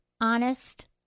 honest